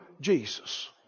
Jesus